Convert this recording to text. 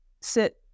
sit